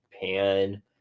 pan